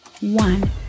one